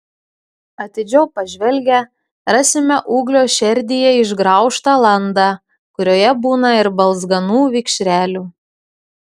atidžiau pažvelgę rasime ūglio šerdyje išgraužtą landą kurioje būna ir balzganų vikšrelių